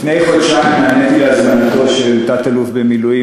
לפני חודשיים נעניתי להזמנתו של תת-אלוף במילואים